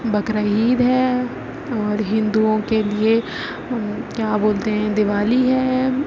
بقر عید ہے اور ہندوؤں کے لیے کیا بولتے ہیں دیوالی ہے